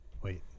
Wait